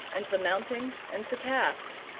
and the mounting, and the cast.